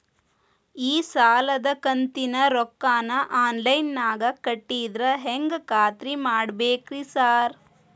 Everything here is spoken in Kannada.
ಈ ಸಾಲದ ಕಂತಿನ ರೊಕ್ಕನಾ ಆನ್ಲೈನ್ ನಾಗ ಕಟ್ಟಿದ್ರ ಹೆಂಗ್ ಖಾತ್ರಿ ಮಾಡ್ಬೇಕ್ರಿ ಸಾರ್?